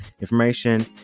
information